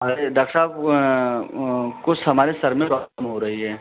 अरे डॉक्ट साब वो कुछ हमारे सर में प्रॉब्लम हो रही है